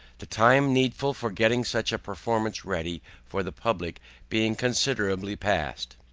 the time needful for getting such a performance ready for the public being considerably past.